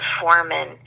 foreman